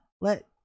let